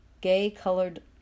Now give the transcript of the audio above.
gay-colored